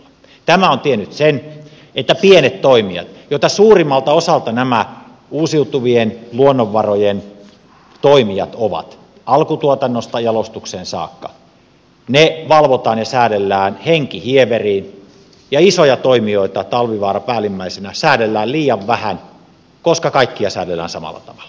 tämä on tiennyt sitä että pienet toimijat joita suurimmalta osalta nämä uusiutuvien luonnonvarojen toimijat ovat alkutuotannosta jalostukseen saakka valvotaan ja säädellään henkihieveriin ja isoja toimijoita talvivaara päällimmäisenä säädellään liian vähän koska kaikkia säädellään samalla tavalla